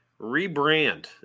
rebrand